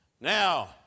Now